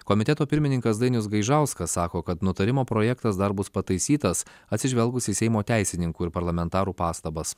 komiteto pirmininkas dainius gaižauskas sako kad nutarimo projektas dar bus pataisytas atsižvelgus į seimo teisininkų ir parlamentarų pastabas